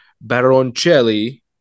Baroncelli